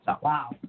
Wow